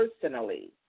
personally